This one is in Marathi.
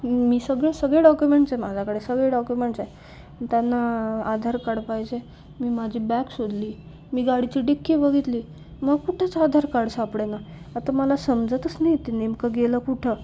मी सगळे सगळे डॉक्युमेंट्स आहे माझ्याकडे सगळे डॉक्युमेंट्स आहे त्यांना आधार कार्ड पाहिजे मी माझी बॅग शोधली मी गाडीची डिक्की बघितली मग कुठेच आधार कार्ड सापडेना आता मला समजतच नाही ते नेमकं गेलं कुठं